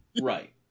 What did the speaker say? Right